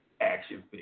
Action